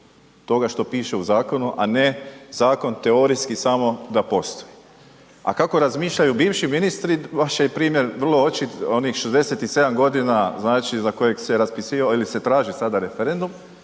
toga što piše u zakonu a ne zakon teorijski samo sa postoji. A kako razmišljaju bivši ministri, vaš je primjer vrlo očit, onih 67 godina znači za kojeg se raspisivao ili se